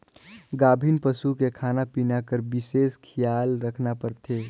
गाभिन पसू के खाना पिना कर बिसेस खियाल रखना परथे